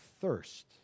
thirst